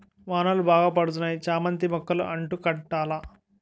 వానలు బాగా పడతన్నాయి చామంతి మొక్కలు అంటు కట్టాల